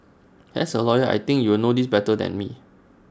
as A lawyer I think you will know this better than me